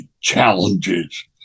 challenges